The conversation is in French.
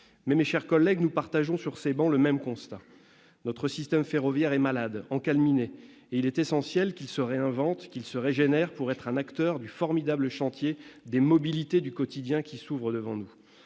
mes chers collègues, nous partageons sur ces travées le même constat : notre système ferroviaire est malade, encalminé, et il est essentiel qu'il se réinvente et se régénère pour être un acteur du formidable chantier des mobilités du quotidien qui s'ouvre devant nous.